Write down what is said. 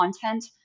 content